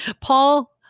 Paul